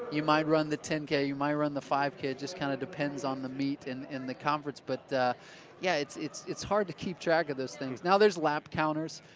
you might run the ten k, you might run the five k, just kind of depends on the meet in in the conference, but yeah, it's it's hard to keep track of those things. now, there's lap counters,